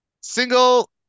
single